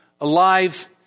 Alive